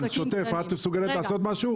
שוטף, את מסוגלת לעשות משהו?